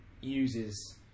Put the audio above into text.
uses